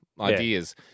ideas